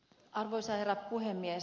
arvoisa herra puhemies